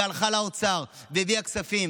הלכה לאוצר והביאה כספים